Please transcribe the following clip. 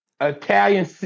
Italian